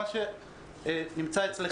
מה שנמצא אצלך זה מה שעלה לאתר.